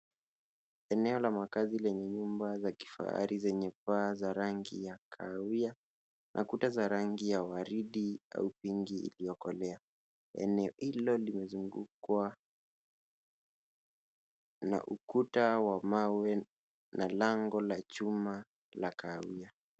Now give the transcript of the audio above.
Eneo la maakazi lenye nyumba za kifahari zenye paa za rangi za kahawia na kuta za rangi za waride au pinki iliokolea. Eneo hilo limezungungwa na ukuta wa mawe na lango la chuma la kahawia.